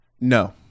No